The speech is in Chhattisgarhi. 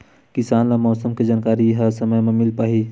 किसान ल मौसम के जानकारी ह समय म मिल पाही?